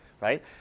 right